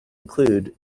include